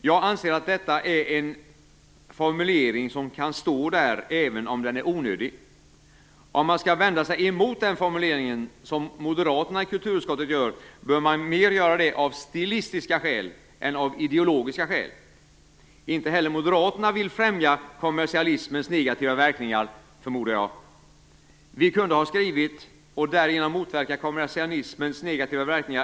Jag anser att denna formulering kan stå kvar, även om den är onödig. Om man skall vända sig mot den formuleringen, som moderaterna i kulturutskottet gör, bör man göra det av stilistiska skäl snarare än av ideologiska skäl. Inte heller moderaterna vill främja kommersialismens negativa verkningar, förmodar jag. Vi kunde efter varje punkt i målformuleringarna ha skrivit: och därigenom motverka kommersialismens negativa verkningar.